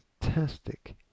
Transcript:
fantastic